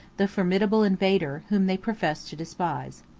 the formidable invader, whom they professed to despise.